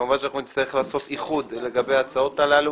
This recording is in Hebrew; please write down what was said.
כמובן נצטרך לעשות מיזוג של הצעות החוק הללו